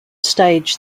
stage